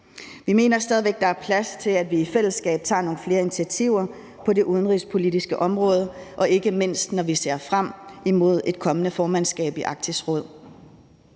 Vi mener stadig væk, at der er plads til, at vi i fællesskab tager nogle flere initiativer på det udenrigspolitiske område, ikke mindst når vi ser frem imod et kommende formandskab i Arktisk Råd.